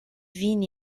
vin